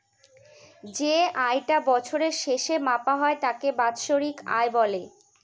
যে আয় টা বছরের শেষে মাপা হয় তাকে বাৎসরিক আয় বলে